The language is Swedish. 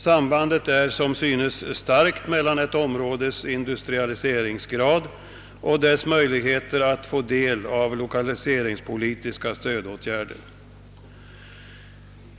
Sambandet är som synes starkt mellan ett områdes industrialiseringsgrad och dess möjligheter att få del av lokaliseringspolitiska stödåtgärder.